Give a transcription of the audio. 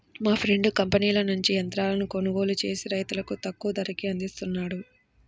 మా ఫ్రెండు కంపెనీల నుంచి యంత్రాలను కొనుగోలు చేసి రైతులకు తక్కువ ధరకే అందిస్తున్నాడు